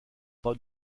pas